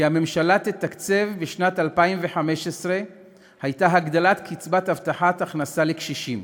שהממשלה תתקצב בשנת 2015 הייתה הגדלת קצבת הבטחת הכנסה לקשישים,